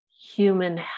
human